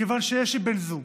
מכיוון שיש לי בן זוג,